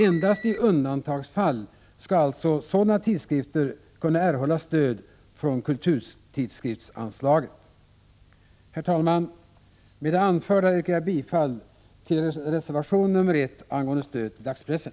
Endast i undantagsfall skall alltså sådana tidskrifter kunna erhålla stöd från kulturtidskriftsanslaget. Herr talman! Med det anförda yrkar jag bifall till reservation B 1 angående stöd till dagspressen.